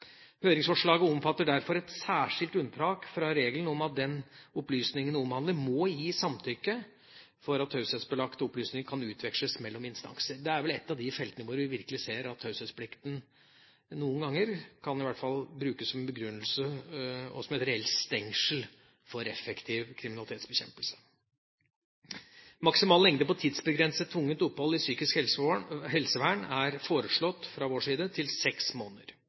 Høringsforslaget omfatter derfor et særskilt unntak fra regelen om at den opplysningene omhandler, må gi samtykke for at taushetsbelagte opplysninger kan utveksles mellom instanser. Det er vel et av de feltene hvor vi virkelig ser at taushetsplikten noen ganger i hvert fall kan brukes som begrunnelse og som et reelt stengsel for effektiv kriminalitetsbekjempelse. Maksimal lengde på tidsbegrenset tvungent opphold i psykisk helsevern er fra vår side foreslått til seks måneder.